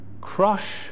crush